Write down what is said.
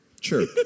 Sure